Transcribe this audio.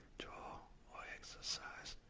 draw or exercise.